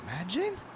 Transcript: imagine